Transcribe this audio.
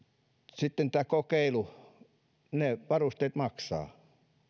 sitten tämä kokeilu varusteet maksavat